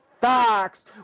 facts